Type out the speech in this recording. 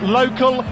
local